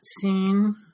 scene